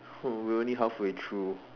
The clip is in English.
we're only halfway through